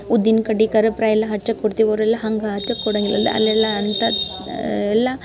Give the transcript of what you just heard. ಊದಿನ್ ಕಡ್ಡಿ ಕರ್ಪೂರ ಎಲ್ಲ ಹಚ್ಚಕ್ಕೆ ಕೊಡ್ತೀವಿ ಅವರೆಲ್ಲ ಹಂಗೆ ಹಚ್ಚಕ್ ಕೊಡಂಗಿಲ್ಲಲ್ಲ ಅಲ್ಲೆಲ್ಲ ಅಂಥದ್ದು ಎಲ್ಲ